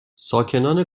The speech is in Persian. ساکنان